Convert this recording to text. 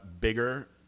bigger